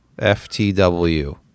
FTW